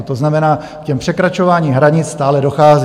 To znamená, k překračování hranic stále dochází.